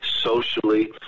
socially